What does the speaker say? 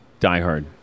Diehard